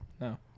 No